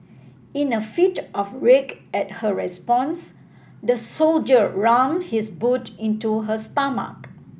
in a fit of rage at her response the soldier rammed his boot into her stomach